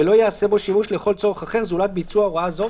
ולא ייעשה בו שימוש לכל צורך אחר זולת ביצוע הוראה זו,